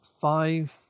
five